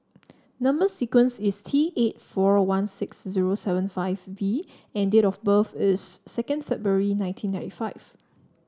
number sequence is T eight four one six zero seven five V and date of birth is second February nineteen ninety five